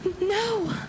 No